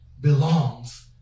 belongs